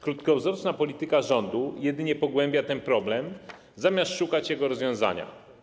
Krótkowzroczna polityka rządu jedynie pogłębia problem, zamiast szukać jego rozwiązania.